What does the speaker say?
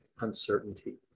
uncertainty